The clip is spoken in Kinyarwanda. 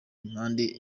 impande